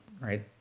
right